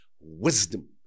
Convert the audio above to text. Wisdom